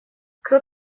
кто